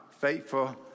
faithful